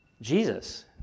Jesus